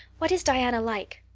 what is diana like?